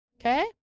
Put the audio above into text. Okay